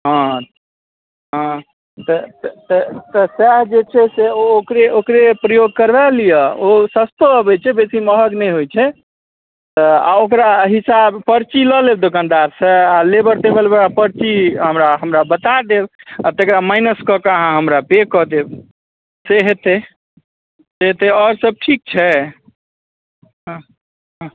हँ हँ तऽ तऽ सएह जे छै से ओकरे ओकरे प्रयोग करबा लिअ ओ सस्तो अबै छै बेसी महग नहि होइ छै आ ओकरा हिसाब पर्ची लऽ लेब दोकानदारसँ आ लेबर तेबरवला पर्ची हमरा हमरा बता देब आ तकरा माइनस कऽ कऽ हमरा पे कऽ देब से हेतै से हेतै आओर सब ठीक छै हँ हँ